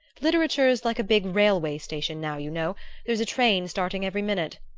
literature's like a big railway-station now, you know there's a train starting every minute.